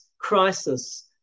crisis